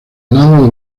lado